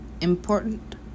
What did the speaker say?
important